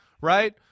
right